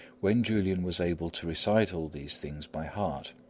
when julian was able to recite all these things by heart,